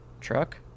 truck